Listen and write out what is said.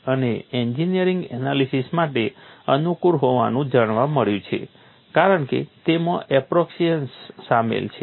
અને આ engineering analysis માટે અનુકૂળ હોવાનું જાણવા મળ્યું છે કારણ કે તેમાં એપ્રોક્સિમેશન્સ શામેલ છે